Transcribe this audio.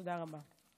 תודה רבה.